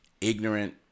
ignorant